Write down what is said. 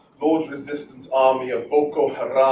lord's resistance army, a boko